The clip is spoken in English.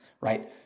right